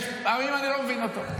לפעמים אני לא מבין אותו.